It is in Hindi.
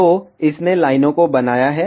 तो इसने लाइनों को बनाया है